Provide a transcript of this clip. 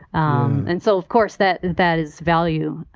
and so, of course, that that is value